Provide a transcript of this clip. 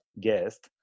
guest